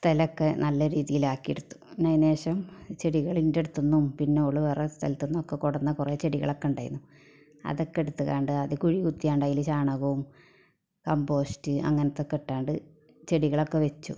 സ്ഥലം ഒക്കെ നല്ല രീതിയിലാക്കി എടുത്തു പിന്നെ അതിനുശേഷം ചെടികൾ എൻറെ അടുത്തുന്നും പിന്നെ ഓൾ വേറെ സ്ഥലത്തുനിന്ന് ഒക്കെ ചെടികളൊക്കെ ഉണ്ടായിനി അതൊക്കെ എടുത്ത് ദാണ്ട അതിൽ കുഴി കുത്തി ദാണ്ട അതിൽ ചാണകവും കമ്പോസ്റ്റ് അങ്ങനത്തെ ഒക്കെ ഇട്ടുകൊണ്ട് ചെടികളൊക്കെ വെച്ചു